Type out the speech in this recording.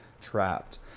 Trapped